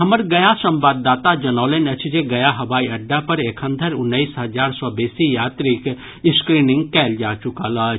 हमर गया संवाददाता जनौलनि अछि जे गया हवाई अड्डा पर एखन धरि उन्नैस हजार सॅ बेसी यात्रीक स्क्रीनिंग कयल जा चुकल अछि